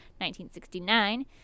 1969